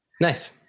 Nice